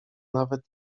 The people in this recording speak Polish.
nawet